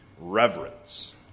reverence